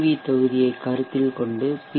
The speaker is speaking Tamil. வி தொகுதியைக் கருத்தில் கொண்டு பி